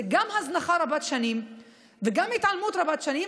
גם הזנחה רבת-שנים וגם התעלמות רבת-שנים,